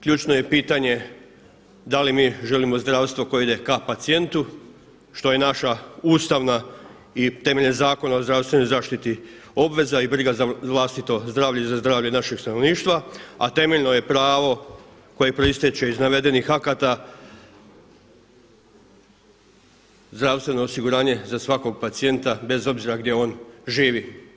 Ključno je pitanje da li mi želimo zdravstvo koje ide k pacijentu, što je naša ustavna i temeljem Zakona o zdravstvenoj zaštiti obveza i briga za vlastito zdravlja i za zdravlje našeg stanovništva, a temeljno je prvo koje proisteče iz navedenih akata, zdravstveno osiguranje za svakog pacijenta bez obzira gdje on živi.